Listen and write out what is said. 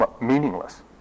meaningless